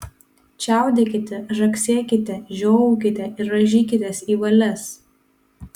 čiaudėkite žagsėkite žiovaukite ir rąžykitės į valias